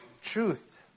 truth